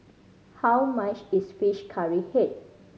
how much is fish curry head